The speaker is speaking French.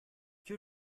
que